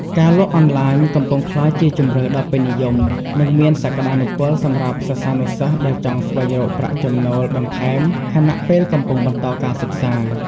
ការលក់អនឡាញកំពុងក្លាយជាជម្រើសដ៏ពេញនិយម និងមានសក្ដានុពលសម្រាប់សិស្សានុសិស្សដែលចង់ស្វែងរកប្រាក់ចំណូលបន្ថែម ខណៈពេលកំពុងបន្តការសិក្សា។